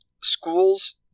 schools